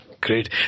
Great